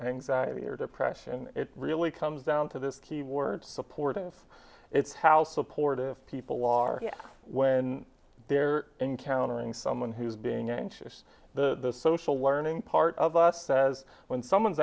anxiety or depression it really comes down to this key word support us it's how supportive people are when they're encountering someone who's being anxious the social learning part of us says when someone's